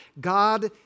God